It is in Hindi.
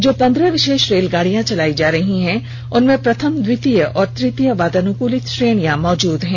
जो पंद्रह विशेष रेलगाड़ियां चलाई जा रही हैं उनमें प्रथम द्वितीय और तृतीय वातानुकूलित श्रेणियां मौजूद हैं